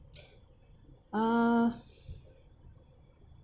uh